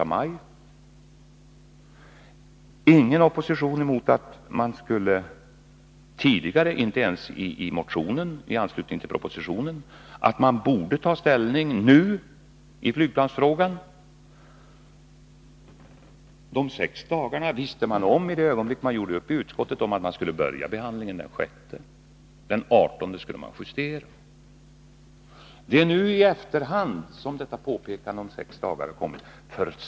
Det har inte varit någon opposition när vi har sagt att ni borde ha reagerat tidigare, i motionen i anslutning till propositionen, som gick ut på att vi borde ta ställning nu i flygplansfrågan. De sex dagarna visste ni ju om i det ögonblick man gjorde upp i utskottet om att man skulle börja behandlingen den 6 maj. Den 18 maj skulle man justera. Det är nu i efterhand som detta påpekande om sex dagar har kommit.